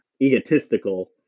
egotistical